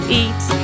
eat